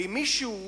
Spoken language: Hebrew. ואם מישהו